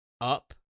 up